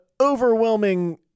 overwhelming